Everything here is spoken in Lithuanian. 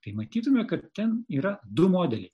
tai matytume kad ten yra du modeliai